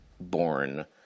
born